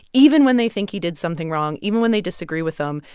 even when they think he did something wrong, even when they disagree with him,